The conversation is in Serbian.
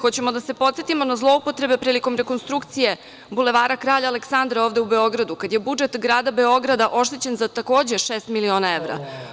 Hoćemo da se podsetimo na zloupotrebe prilikom rekonstrukcije Bulevara Kralja Aleksandra ovde u Beogradu, kad je budžet grada Beograda oštećen za takođe šest miliona evra?